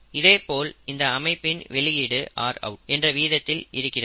இதேபோல் இந்த அமைப்பின் வெளியீடு rout என்ற வீதத்தில் இருக்கிறது